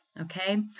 Okay